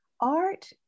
art